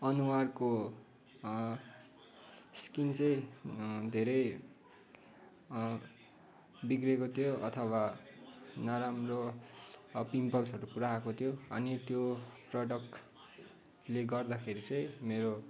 अनुहारको स्किन चाहिँ धेरै बिग्रिएको थियो अथवा नराम्रो अब पिम्पल्सहरू पुरा आएको थियो अनि त्यो प्रडक्टले गर्दाखेरि चाहिँ मेरो